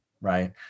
right